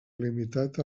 limitat